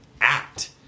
act